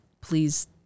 please